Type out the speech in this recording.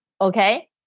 okay